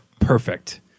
Perfect